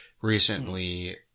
recently